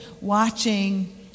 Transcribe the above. watching